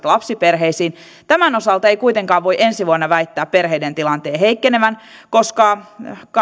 lapsiperheisiin tämän osalta ei kuitenkaan voi ensi vuonna väittää perheiden tilanteen heikkenevän koska